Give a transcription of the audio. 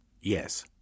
Yes